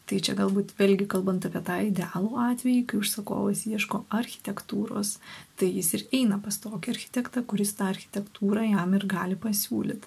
tai čia galbūt vėlgi kalbant apie tą idealų atvejį kai užsakovas ieško architektūros tai jis ir eina pas tokį architektą kuris tą architektūrą jam ir gali pasiūlyt